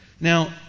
Now